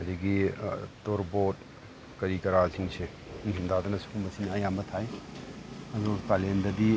ꯑꯗꯒꯤ ꯇꯣꯔꯣꯕꯣꯠ ꯀꯔꯤ ꯀꯔꯥꯁꯤꯡꯁꯦ ꯅꯤꯡꯊꯝ ꯊꯥꯗꯅ ꯁꯤꯒꯨꯝꯕꯁꯤꯅ ꯑꯌꯥꯝꯕ ꯊꯥꯏ ꯑꯗꯣ ꯀꯥꯂꯦꯟꯗꯗꯤ